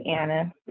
Anna